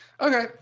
Okay